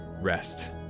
rest